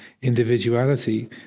individuality